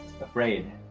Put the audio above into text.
afraid